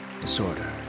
Disorder